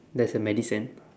there's a medicine